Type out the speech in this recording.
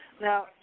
Now